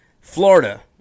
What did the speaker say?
Florida